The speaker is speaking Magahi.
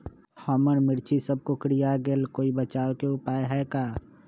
हमर मिर्ची सब कोकररिया गेल कोई बचाव के उपाय है का?